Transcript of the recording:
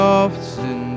often